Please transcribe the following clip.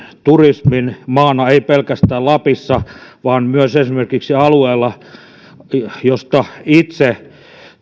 turismin maana ei pelkästään lapissa vaan myös esimerkiksi alueella jolta itse